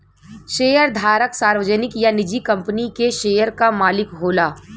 शेयरधारक सार्वजनिक या निजी कंपनी के शेयर क मालिक होला